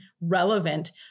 relevant